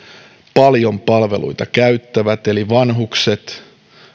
paljon palveluita käyttävät eli vanhukset